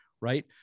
Right